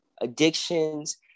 addictions